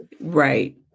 Right